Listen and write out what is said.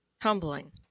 humbling